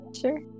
sure